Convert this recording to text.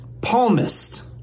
Palmist